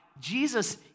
Jesus